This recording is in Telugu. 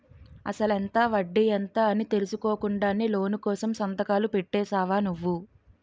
అసలెంత? వడ్డీ ఎంత? అని తెలుసుకోకుండానే లోను కోసం సంతకాలు పెట్టేశావా నువ్వు?